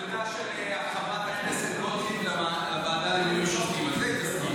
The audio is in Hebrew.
מועמדותה של חברת הכנסת גוטליב לוועדה למינוי שופטים.